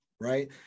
Right